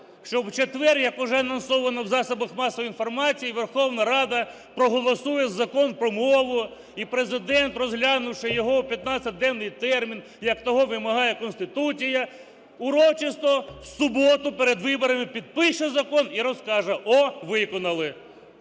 Щоб в четвер, як уже анонсовано в засобах масової інформації, Верховна Рада проголосує Закон про мову, і Президент, розглянувши його в 15-денний термін, як того вимагає Конституція, урочисто в суботу перед виборами підпише закон і розкаже: о, виконали.